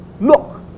Look